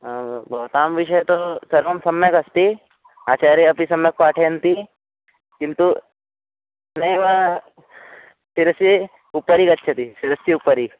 आं भवतां विषये तु सर्वं सम्यगस्ति आचार्यः अपि सम्यक् पाठयति किन्तु नैव शिरसः उपरि गच्छति शिरसः उपरि